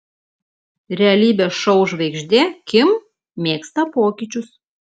realybės šou žvaigždė kim mėgsta pokyčius